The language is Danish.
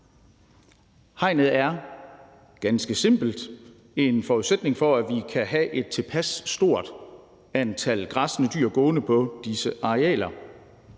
Hegnet er ganske simpelt en forudsætning for, at vi kan have et tilpas stort antal græssende dyr gående på disse arealer.